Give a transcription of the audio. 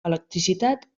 electricitat